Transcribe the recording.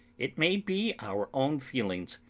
it may be our own feelings,